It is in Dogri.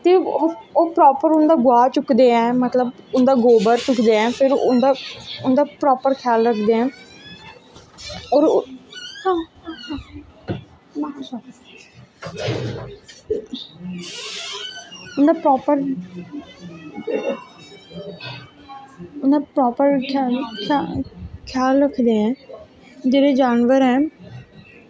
ते ओह् प्रपर उंदा गोहा चुकदे ऐं मतलव उंदा गोवर चुक्कदे ऐं फिर उंदा प्राप ख्याल रखदे ऐं और उंदा प्रापर उंदा प्रापर ख्याल रखदे ऐं जेह्ड़े जानबर ऐं